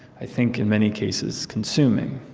i think, in many cases, consuming.